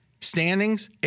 standings